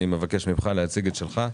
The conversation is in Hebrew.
אני מבקש ממך להציג את שלך,